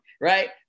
right